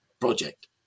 project